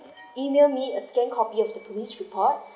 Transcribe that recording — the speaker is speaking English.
email me a scanned copy of the police report